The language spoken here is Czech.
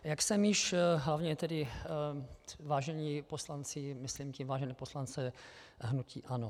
Jak jsem již hlavně tedy vážení poslanci, myslím tím vážené poslance hnutí ANO.